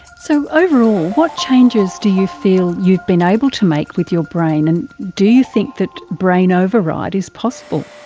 so overall what changes do you feel you've been able to make with your brain, and do you think that brain override is possible?